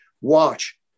Watch